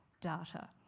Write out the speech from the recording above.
data